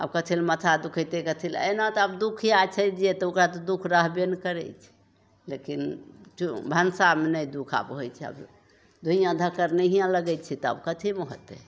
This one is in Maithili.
कथी लए माथा दुखैतै कथी लए एना तऽ आब दुखिया छै जे तऽ ओकरा तऽ दुःख रहबे ने करै छै लेकिन चू भनसामे नहि दुःख आब होइ छै अभी धुइँया धक्कड़ नहिये लगै छै तऽ आब कथीमे होतै